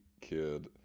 kid